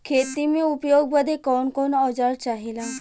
खेती में उपयोग बदे कौन कौन औजार चाहेला?